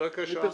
בבקשה.